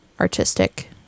artistic